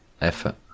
effort